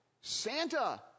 Santa